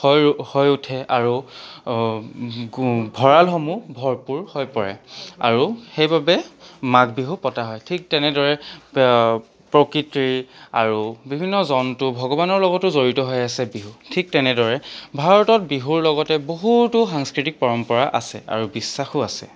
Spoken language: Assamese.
হয় হৈ উঠে আৰু ভঁৰালসমূহ ভৰপূৰ হৈ পৰে আৰু সেইবাবে মাঘ বিহু পতা হয় ঠিক তেনেদৰে প্ৰকৃতিৰ আৰু বিভিন্ন জন্তু ভগৱানৰ লগতো জড়িত হৈ আছে বিহু ঠিক তেনেদৰে ভাৰতত বিহুৰ লগতে বহুতো সাংস্কৃতিক পৰম্পৰা আছে আৰু বিশ্বাসো আছে